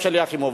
גם שלי יחימוביץ,